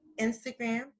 Instagram